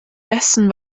dessen